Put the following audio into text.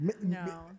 No